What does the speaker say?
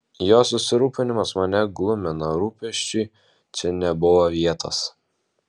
jo susirūpinimas mane glumino rūpesčiui čia nebuvo vietos